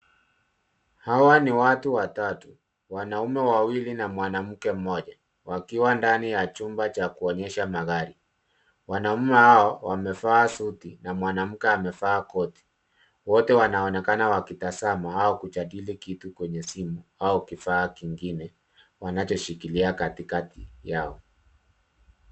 Hawa ni watu watatu. Wanaume wawili na mwanamke mmoja wakiwa ndani ya chumba cha kuonyesha magari. Wanaume hao wamevaa suti na mwanamke amevaa koti. Wote wanaonekana wakitazama au kujadili kitu kwenye simu au kifaa kingine wanachoshikilia katikati yao.